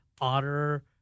Otter